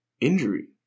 injury